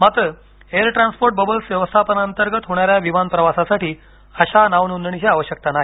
मात्र air transport bubbles व्यवस्थापनांतर्गत होणाऱ्या विमान प्रवासासाठी अशा नावनोंदणीची आवश्यकता नाही